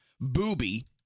Booby